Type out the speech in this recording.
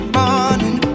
morning